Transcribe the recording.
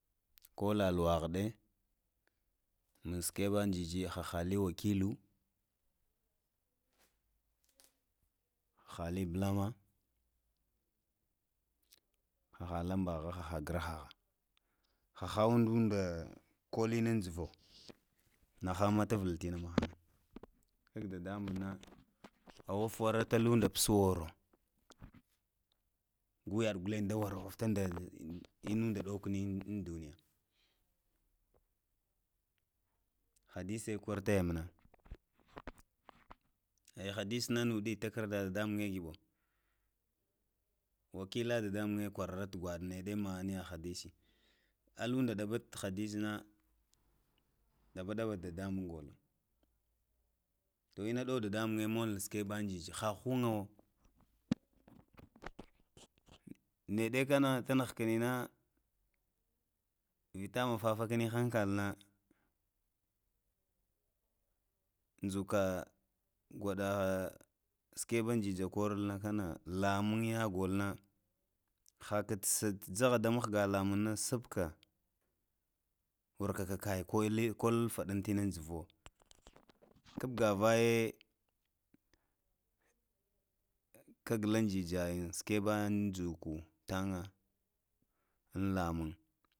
Ko la lahwa ɗe nus skeba njiji haha lu wakilu hali bulama haha laɓaha haha glaha kha haha undaɗa koli nun njuvo nahan matavl tina mahan gag dadamn nā afafara ta pas thludapus woro gu yad katen ndwaruffa ndaāh ina nunda nohkni in duniyā, hadisi kor taya munā ya hadisi na nuɗi takarola dadamung nge giɓo, wakila dadamunye kwatata gwaɗa meɗa māaniya hadisi, askida ɗabat hadisina ɗaba ɗaha dad aman golo to ina ɗow datamung mol skeba njijihā hunga wo nede kana ta nuhgin na, vita mafafakani hankal na njuka kwaɗa skehan jijikworha kana lamuŋya gona haka t jaha da wuhga lamangna spka wuvka kakai kol, kol faɗitina njvowo gabgavaye gaglun jajayin tskeba njuku tanga ŋ lamang